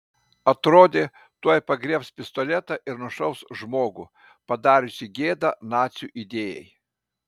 atrodė tuoj pagriebs pistoletą ir nušaus žmogų padariusį gėdą nacių idėjai